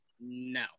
no